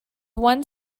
one